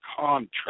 contract